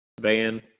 Van